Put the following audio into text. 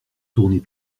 tourner